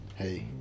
Hey